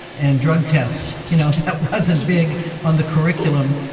and drug tests, you know, that wasn't big on the curriculum,